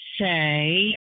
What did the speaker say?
say